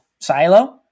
silo